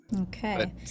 Okay